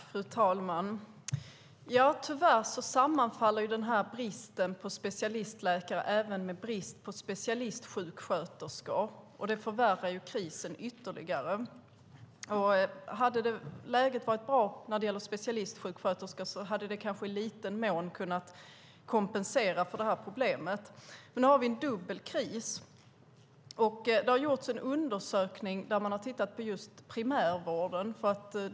Fru talman! Tyvärr sammanfaller bristen på specialistläkare även med brist på specialistsjuksköterskor, och det förvärrar krisen ytterligare. Hade läget varit bra när det gäller specialistsjuksköterskor hade det kanske i liten mån kunnat kompensera för problemet, men nu har vi en dubbel kris. Det har gjorts en undersökning där man har tittat på just primärvården.